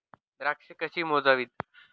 द्राक्षे कशी मोजावीत?